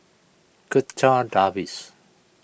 Checha Davies